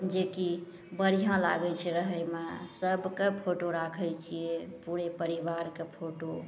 जेकी बढ़िआँ लागय छै रहयमे सबके फोटो राखय छियै पुरे परिवारके फोटो